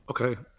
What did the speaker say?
Okay